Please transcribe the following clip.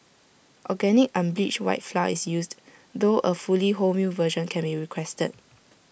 organic unbleached white flour is used though A fully wholemeal version can be requested